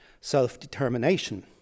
self-determination